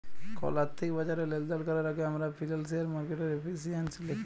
call আথ্থিক বাজারে লেলদেল ক্যরার আগে আমরা ফিল্যালসিয়াল মার্কেটের এফিসিয়াল্সি দ্যাখি